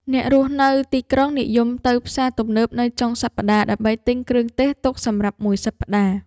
អ្នករស់នៅទីក្រុងនិយមទៅផ្សារទំនើបនៅចុងសប្តាហ៍ដើម្បីទិញគ្រឿងទេសទុកសម្រាប់មួយសប្តាហ៍។